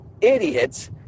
idiots